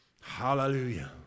Hallelujah